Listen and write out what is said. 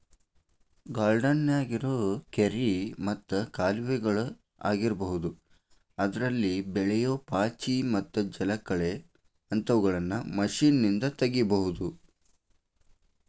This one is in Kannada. ಗಾರ್ಡನ್ಯಾಗಿರೋ ಕೆರಿ ಮತ್ತ ಕಾಲುವೆಗಳ ಆಗಿರಬಹುದು ಅದ್ರಲ್ಲಿ ಬೆಳಿಯೋ ಪಾಚಿ ಮತ್ತ ಜಲಕಳೆ ಅಂತವುಗಳನ್ನ ಮಷೇನ್ನಿಂದ ತಗಿಬಹುದು